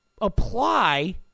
apply